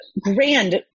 grand